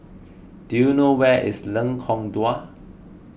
do you know where is Lengkong Dua